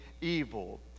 evil